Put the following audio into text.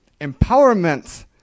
empowerment